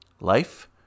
Life